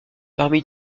parmi